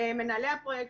מנהלי הפרויקט,